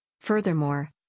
Furthermore